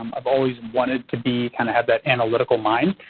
i've always wanted to be kind of have that analytical mind.